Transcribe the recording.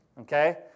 Okay